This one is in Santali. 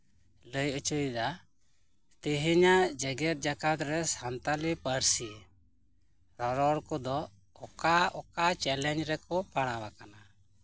ᱞᱟᱹᱭ ᱦᱚᱪᱚᱭᱮᱫᱟᱭ ᱛᱮᱦᱮᱧᱟᱜ ᱡᱮᱜᱮᱫ ᱡᱟᱠᱟᱛ ᱨᱮ ᱥᱟᱱᱛᱟᱞᱤ ᱯᱟᱹᱨᱥᱤ ᱨᱚᱨᱚᱲ ᱠᱚᱫᱚ ᱚᱠᱟ ᱚᱠᱟ ᱪᱮᱞᱮᱧᱡ ᱨᱮᱠᱚ ᱯᱟᱲᱟᱣ ᱟᱠᱟᱱᱟ